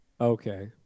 Okay